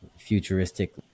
futuristic